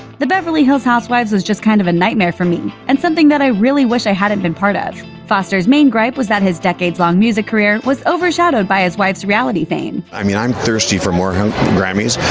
the beverly hills housewives was just kind of a nightmare for me and something that i really wish i hadn't been part of. foster's main gripe was that his decades-long music career was overshadowed by his wife's reality fame. i mean, i'm thirsty for more grammys,